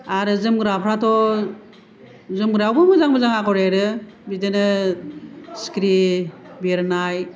आरो जोमग्राफ्राथ' जोमग्रायावबो मोजां मोजां आगर एरो बिदिनो सिखिरि बिरनाय